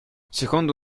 secondo